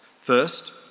First